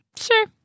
Sure